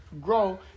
grow